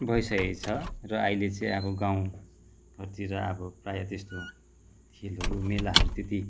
भइसकेको छ र अहिले चाहिँ अब गाउँ घरतिर अब प्रायः त्यस्तो खेलहरू मेलाहरू त्यति